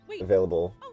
available